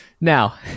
Now